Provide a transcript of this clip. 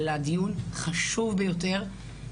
על הדיון החשוב ביותר.